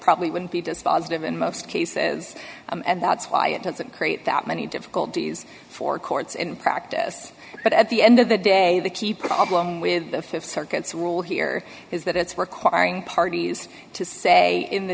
probably wouldn't be dispositive in most cases and that's why it doesn't create that many difficulties for courts in practice but at the end of the day the key problem with the th circuit's rule here is that it's requiring parties to say in the